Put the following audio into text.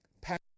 pack